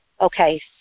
Okay